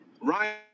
Ryan